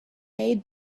made